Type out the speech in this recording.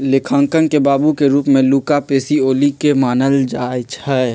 लेखांकन के बाबू के रूप में लुका पैसिओली के मानल जाइ छइ